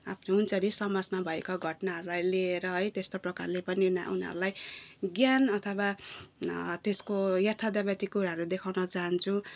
आफ्नो हुन्छ नि समाजमा भएको घटनाहरूलाई लिएर है त्यस्तो प्रकारले पनि उनी उनीहरूलाई ज्ञान अथवा त्यसको यथार्थवादी कुराहरू देखाउन चाहन्छु